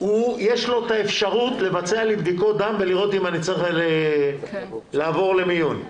יש לו את האפשרות לבצע לי בדיקות דם ולראות אם אני צריך לעבור למיון.